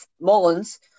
Mullins